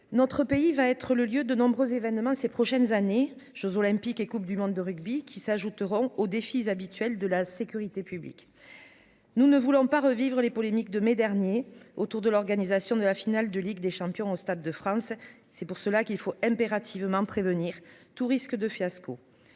notre pays va être le lieu de nombreux événements ces prochaines années, jeux olympiques et Coupe du monde de rugby qui s'ajouteront aux défis habituel de la sécurité publique, nous ne voulons pas revivre les polémiques de mai dernier, autour de l'organisation de la finale de Ligue des Champions au Stade de France, c'est pour cela qu'il faut impérativement prévenir tout risque de fiasco